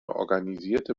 organisierte